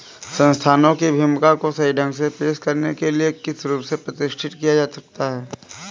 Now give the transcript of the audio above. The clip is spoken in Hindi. संस्थानों की भूमिका को सही ढंग से पेश करने के लिए किस रूप से प्रतिष्ठित किया जा सकता है?